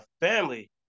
family